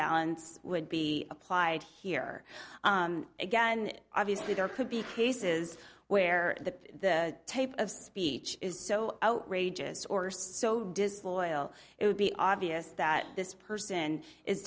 balance would be applied here again obviously there could be cases where the type of speech is so outrageous or so disloyal it would be obvious that this person is